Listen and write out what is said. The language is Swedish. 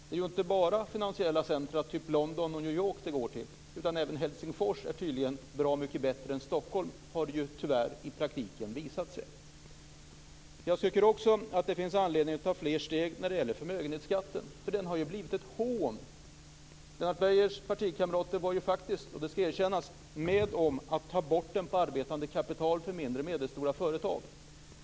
Det är inte bara finansiella centrum av typen London och New York som utflyttningen går till, utan även Helsingfors är tydligen bra mycket bättre än Stockholm, har det tyvärr i praktiken visat sig. Jag tycker också att det finns anledning att ta fler steg när det gäller förmögenhetsskatten. Den har blivit ett hån. Lennart Beijers partikamrater var faktiskt, det skall erkännas, med om att ta bort den på arbetande kapital för mindre och medelstora företag.